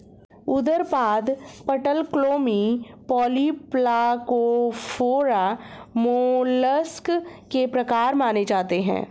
उदरपाद, पटलक्लोमी, polyplacophora, mollusc के प्रकार माने जाते है